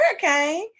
hurricane